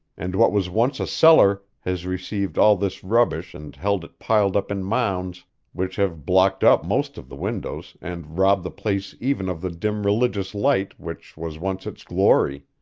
and what was once a cellar has received all this rubbish and held it piled up in mounds which have blocked up most of the windows and robbed the place even of the dim religious light which was once its glory,